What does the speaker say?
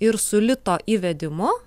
ir su lito įvedimu